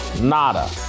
nada